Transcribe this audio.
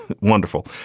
wonderful